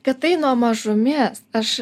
kad tai nuo mažumės aš